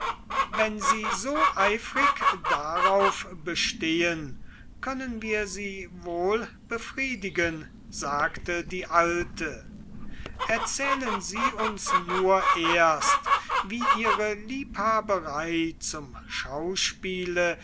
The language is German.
wenn sie so eifrig darauf bestehen können wir sie wohl befriedigen sagte die alte erzählen sie uns erst wie ihre liebhaberei zum schauspiele